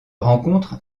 rencontre